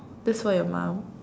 that's for your mum